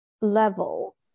level